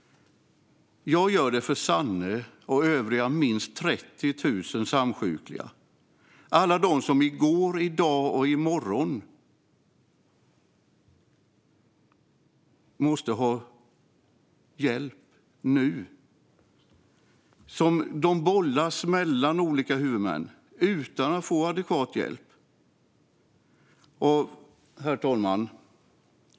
Jag gör det för Sanne och övriga minst 30 000 samsjukliga. Det är alla de som i går, i dag och i morgon måste ha hjälp nu. De bollas mellan olika huvudmän utan att få adekvat hjälp. Herr talman!